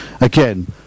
Again